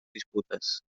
disputes